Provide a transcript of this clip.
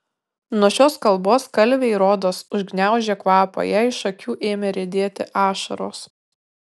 nuo šios kalbos kalvei rodos užgniaužė kvapą jai iš akių ėmė riedėti ašaros